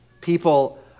people